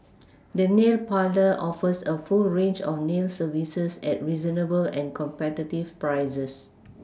the nail parlour offers a full range of nail services at reasonable and competitive prices